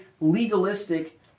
legalistic